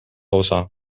osa